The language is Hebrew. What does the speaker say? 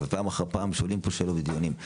פעם אחר פעם שואלים פה שאלות בדיונים,